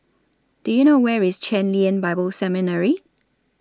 Do YOU know Where IS Chen Lien Bible Seminary